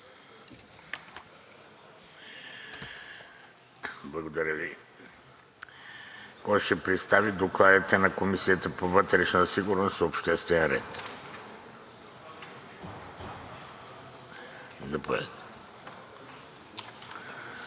Благодаря Ви. Кой ще представи докладите на Комисията по вътрешна сигурност и обществен ред? Заповядайте.